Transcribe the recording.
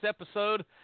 episode